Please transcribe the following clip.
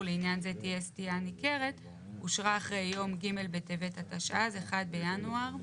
לעניין זה תהיה סטייה ניכרת אושרה אחרי יום ג' בטבת התשע"ז (1 בינואר 2017)